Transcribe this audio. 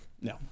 No